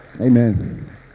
Amen